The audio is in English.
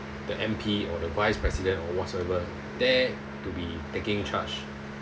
the M_P or the vice president or whatsoever there to be taking charge